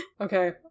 Okay